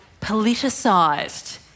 politicised